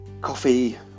coffee